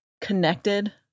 connected